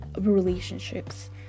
relationships